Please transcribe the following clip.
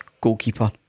goalkeeper